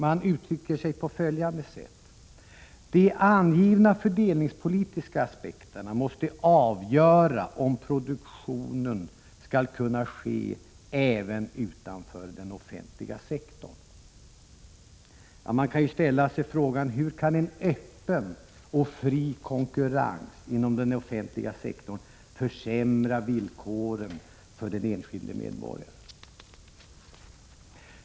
Man uttrycker sig på följande sätt: ”De ——— angivna fördelningspolitiska aspekterna måste få avgöra om produktion skall kunna ske även utanför den offentliga sektorn.” Hur kan en öppen och fri konkurrens inom den offentliga sektorn försämra villkoren för den enskilde medborgaren?